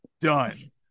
Done